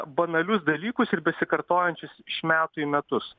banalius dalykus ir besikartojančius iš metų į metus